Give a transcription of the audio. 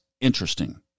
interesting